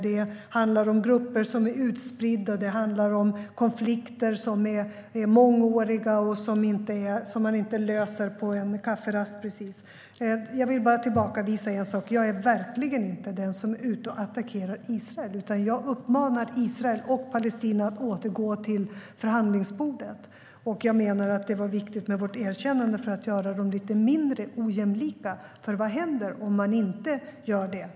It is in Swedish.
Det handlar om grupper som är utspridda, och det handlar om mångåriga konflikter som man inte precis löser på en kafferast. Jag vill bara tillbakavisa en sak: Jag är verkligen inte den som är ute och attackerar Israel, utan jag uppmanar Israel och Palestina att återgå till förhandlingsbordet. Jag menar att det var viktigt med vårt erkännande för att göra dem lite mindre ojämlika, för vad händer om man inte gör det?